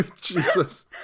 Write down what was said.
Jesus